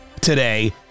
today